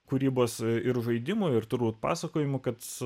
kūrybos ir žaidimo ir turbūt pasakojimų kad